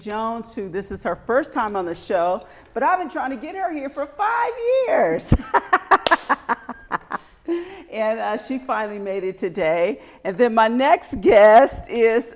jones who this is her first time on the show but i've been trying to get her here for five years and she finally made it today and then my next guest is